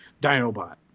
Dinobot